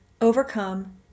overcome